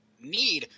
need